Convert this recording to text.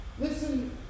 Listen